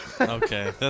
Okay